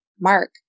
Mark